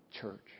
church